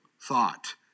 thought